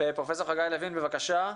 פרופסור חגי לוין, בבקשה.